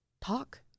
talk